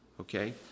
okay